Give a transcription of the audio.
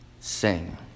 sing